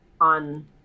on